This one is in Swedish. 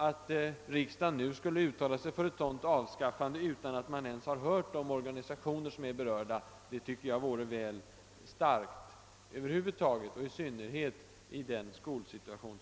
Att riksdagen skulle uttala sig för ett sådant avskaffande utan att ens höra de organisationer som är berörda vore väl starki över huvud taget och i synnerhet i dagens skolsituation.